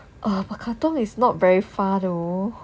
oh but katong is not very far though